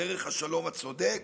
דרך השלום הצודק